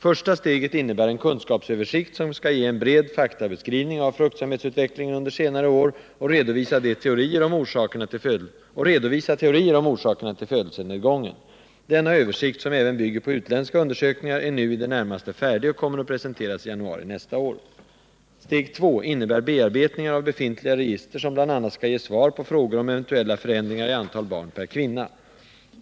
Första steget innebär en kunskapsöversikt som skall ge en bred faktabeskrivning av fruktsamhetsutvecklingen under senare år och redovisa teorier om orsakerna till födelsenedgången. Denna översikt, som även bygger på utländska undersökningar, är nu i det närmaste färdig och kommer att presenteras i januari nästa år. Steg 2 innebär bearbetningar av befintliga register som bl.a. skall ge svar på frågor om eventuella förändringar i antal barn per kvinna.